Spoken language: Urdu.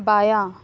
بایاں